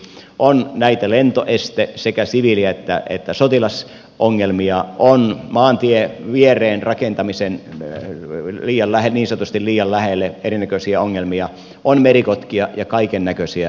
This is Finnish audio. on näitä sekä siviili että sotilaslentoesteongelmia on maantien viereen niin sanotusti liian lähelle rakentamisen erinäköisiä ongelmia on merikotkia ja kaikennäköisiä ötököitä